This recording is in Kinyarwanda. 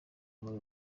muri